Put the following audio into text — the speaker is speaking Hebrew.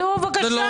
זה לא אומר כלום.